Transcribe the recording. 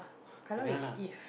but ya lah